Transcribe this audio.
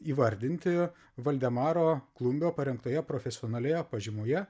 įvardinti valdemaro klumbio parengtoje profesionalioje pažymoje